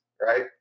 right